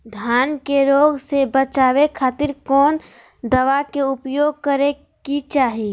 धान के रोग से बचावे खातिर कौन दवा के उपयोग करें कि चाहे?